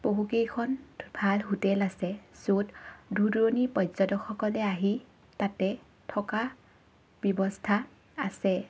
বহুকেইখন ভাল হোটেল আছে জ'ত দূৰ দূৰণি পৰ্যটকসকলে আহি তাতে থকা ব্যৱস্থা আছে